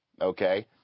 Okay